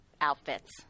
outfits